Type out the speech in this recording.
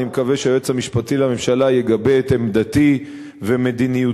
ואני מקווה שהיועץ המשפטי לממשלה יגבה את עמדתי ומדיניותי,